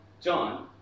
John